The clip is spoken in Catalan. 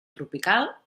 tropical